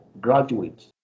graduates